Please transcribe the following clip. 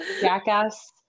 jackass